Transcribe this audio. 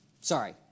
Sorry